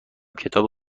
کتاب